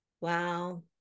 wow